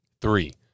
Three